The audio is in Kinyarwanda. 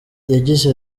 yagize